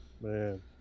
Man